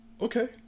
Okay